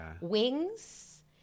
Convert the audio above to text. Wings